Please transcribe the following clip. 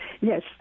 Yes